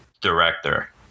director